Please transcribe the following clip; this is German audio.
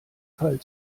fall